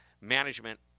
management